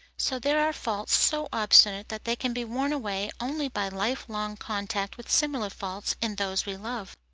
so there are faults so obstinate that they can be worn away only by life-long contact with similar faults in those we love.